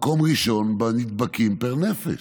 במקום ראשון בנדבקים פר נפש.